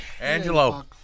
Angelo